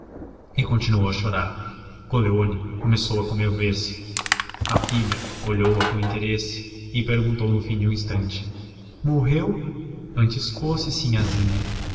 e continuou a chorar coleoni começou a comover se a filha olhou-a com interesse e perguntou no fim de um instante morreu antes fosse